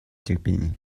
терпение